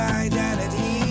identity